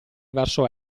verso